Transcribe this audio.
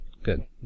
Good